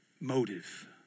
motive